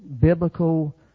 biblical